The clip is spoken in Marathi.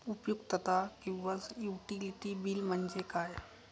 उपयुक्तता किंवा युटिलिटी बिल म्हणजे काय?